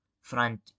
front